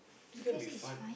this gonna be fun